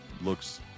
looks